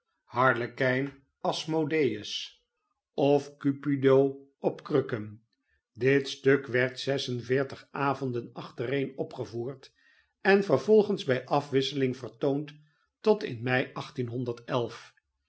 harlekijn asmodeus of oupido op krukken dit stuk werd zes en veertig avonden achtereen opgevoerd en vervolgens bij afwisseling vertoond tot in deze